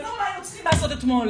ולא מה היינו צריכים לעשות אתמול.